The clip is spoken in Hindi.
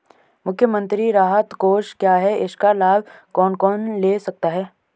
मुख्यमंत्री राहत कोष क्या है इसका लाभ कौन कौन ले सकता है?